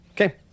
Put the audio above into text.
Okay